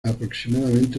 aproximadamente